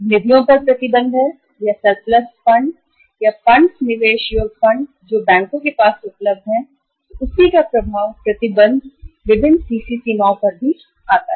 निधियों पर प्रतिबंध है या सरप्लस फंड या निवेश योग्य फंड्स जो बैंकों के पास उपलब्ध हैं तो उसी का प्रभाव है जो प्रतिबंध विभिन्न सीसी सीमाओं पर भी आता है